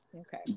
Okay